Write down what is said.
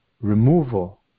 removal